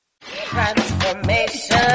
transformation